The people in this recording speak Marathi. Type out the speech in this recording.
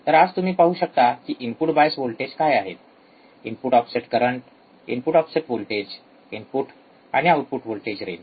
तर आज तुम्ही पाहू शकता कि इनपुट बायस वोल्टेज काय आहेत input offset current input offset voltage input आणि आऊटपुट वोल्टेज रेंज